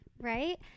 Right